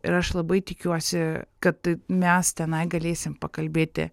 ir aš labai tikiuosi kad mes tenai galėsim pakalbėti